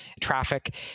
Traffic